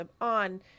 on